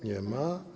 Nie ma.